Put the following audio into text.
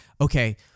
okay